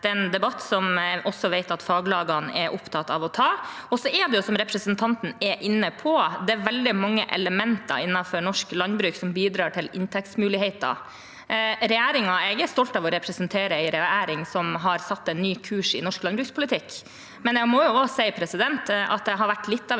Det er en debatt som jeg vet at også faglagene er opptatt av å ta. Så er det jo slik, som representanten er inne på, at det er veldig mange elementer innenfor norsk landbruk som bidrar til inntektsmuligheter. Jeg er stolt av å representere en regjering som har satt en ny kurs i norsk landbrukspolitikk, men jeg må også si at det har vært litt av